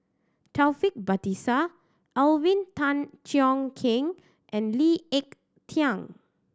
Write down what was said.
Taufik Batisah Alvin Tan Cheong Kheng and Lee Ek Tieng